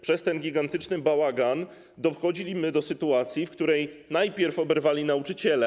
Przez ten gigantyczny bałagan doszło do sytuacji, w której najpierw oberwali nauczyciele.